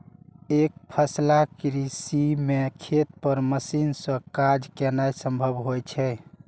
एकफसला कृषि मे खेत पर मशीन सं काज केनाय संभव होइ छै